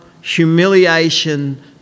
humiliation